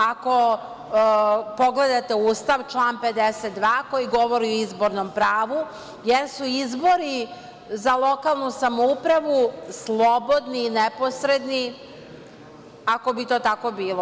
Ako pogledate Ustav, član 52. koji govori o izbornom pravu, jer su izbori za lokalnu samoupravu slobodni i neposredni, ako bi to tako bilo.